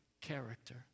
character